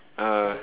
uh